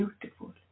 beautiful